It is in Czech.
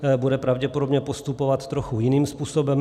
Bude pravděpodobně postupovat trochu jiným způsobem.